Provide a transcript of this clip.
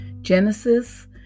Genesis